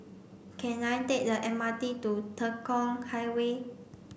can I take the M R T to Tekong Highway